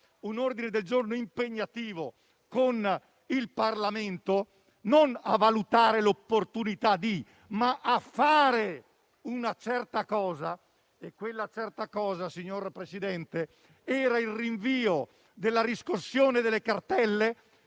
tempo e nel termine, con il Parlamento, non "a valutare l'opportunità di", ma a fare una certa cosa. Quella certa cosa, signor Presidente, era il rinvio della riscossione delle cartelle